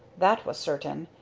that was certain.